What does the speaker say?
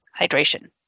hydration